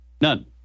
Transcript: None